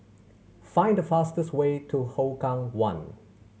find the fastest way to Hougang One